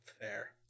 Fair